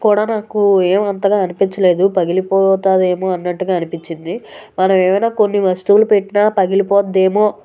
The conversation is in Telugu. కూడా నాకు ఏమంతగా అనిపించలేదు పగిలిపోతుందేమో అన్నట్టుగా అనిపించింది మనం ఏమయినా కొన్ని వస్తువులు పెట్టినా పగిలిపోద్దేమో